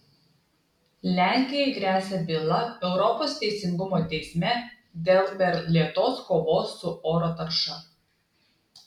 lenkijai gresia byla europos teisingumo teisme dėl per lėtos kovos su oro tarša